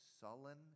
sullen